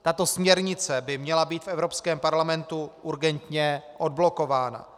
Tato směrnice by měla být v Evropském parlamentu urgentně odblokována.